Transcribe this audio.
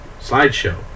slideshow